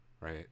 right